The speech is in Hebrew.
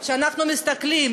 כשאנחנו מסתכלים,